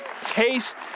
taste